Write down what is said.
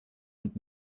und